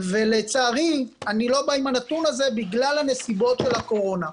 ולצערי אני לא בא עם הנתון הזה בגלל הנסיבות של הקורונה.